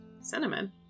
Cinnamon